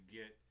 get